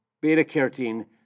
beta-carotene